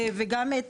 גם את